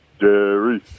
Jerry